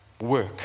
work